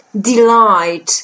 delight